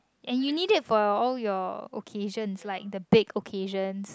and you needed for your all your occasions like the big occasions